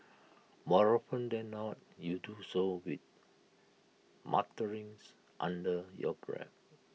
more often than not you do so with mutterings under your breath